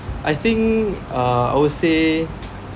I think uh I would say